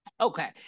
okay